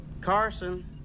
Carson